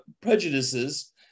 prejudices